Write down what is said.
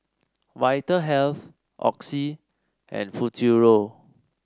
Vitahealth Oxy and Futuro